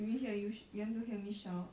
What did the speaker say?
you rea~ hear you sh~ you want to hear me shout